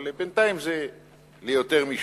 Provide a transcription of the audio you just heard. אבל בינתיים זה ליותר משנה,